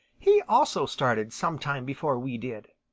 he also started sometime before we did.